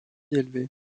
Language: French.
élevée